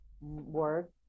work